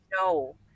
no